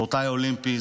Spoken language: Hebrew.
ספורטאי אולימפי,